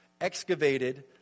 excavated